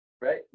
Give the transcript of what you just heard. right